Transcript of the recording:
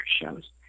shows